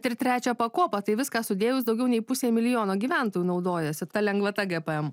ir trečią pakopą tai viską sudėjus daugiau nei pusė milijono gyventojų naudojasi ta lengvata gpm